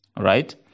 right